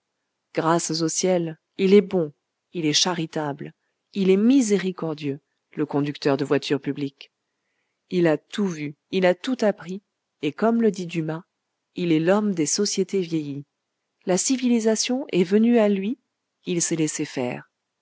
grâces au ciel il est bon il est charitable il est miséricordieux le conducteur de voitures publiques il a tout vu il a tout appris et comme le dit dumas il est l'homme des sociétés vieillies la civilisation est venue à lui il s'est laissé faire